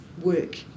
work